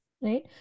right